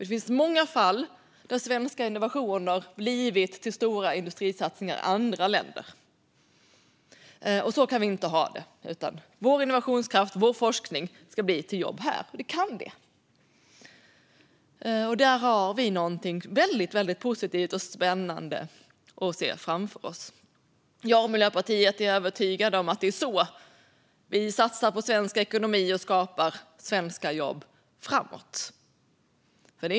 Det finns många fall där svenska innovationer blivit till stora industrisatsningar i andra länder. Så kan vi inte ha det, utan vår innovationskraft och vår forskning ska bli till jobb här. Så kan det bli. Där har vi något väldigt positivt och spännande att se fram emot. Jag och Miljöpartiet är övertygade om att det är så vi satsar på svensk ekonomi och skapar svenska jobb framåt.